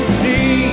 see